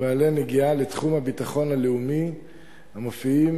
בעלי נגיעה לתחום הביטחון הלאומי המופיעים